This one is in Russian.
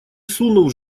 сунув